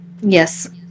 Yes